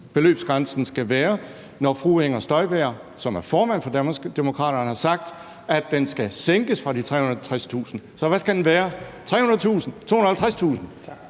beløbsgrænsen skal være, når fru Inger Støjberg, som er formand for Danmarksdemokraterne, har sagt, at den skal sænkes fra de 350.000 kr. Så hvad skal den være? 300.000 kr.? 250.000